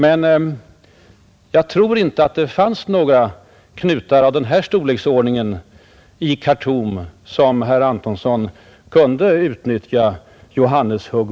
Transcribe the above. Men jag tror inte att det där fanns några knutar av det slag som herr Antonsson kunde lösa med Johannes-hugg.